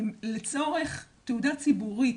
לצורך תעודה ציבורית,